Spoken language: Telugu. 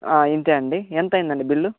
ఇంతే అండి ఎంత అయిందండి బిల్లు